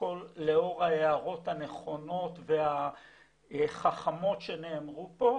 לאור ההערות הנכונות והחכמות שנאמרו כאן,